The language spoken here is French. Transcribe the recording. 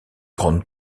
grande